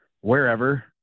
wherever